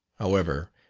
however,